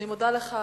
אני מודה לך,